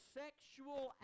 sexual